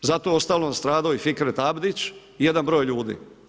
Zato je uostalom stradao i Fikret Abdić i jedan broj ljudi.